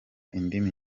indimi